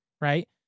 right